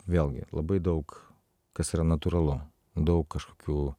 vėlgi labai daug kas yra natūralu daug kažkokių